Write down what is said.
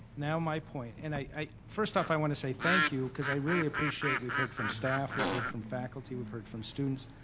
now my point and i first off, i want to say thank you cause i really appreciate we've heard from staff, we've heard from faculty, we've heard from students,